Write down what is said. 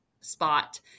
spot